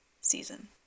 season